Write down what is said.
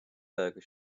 burger